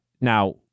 Now